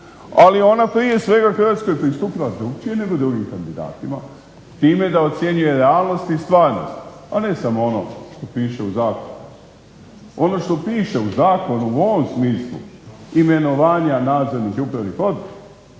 Ali je ona prije svega Hrvatskoj pristupila drukčije nego drugim kandidatima time da ocjenjuje realnost i stvarnost, a ne samo ono što piše u zakonu. Ono što piše u zakonu u ovom smislu imenovanja nadzornih i upravnih odbora